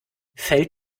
fällt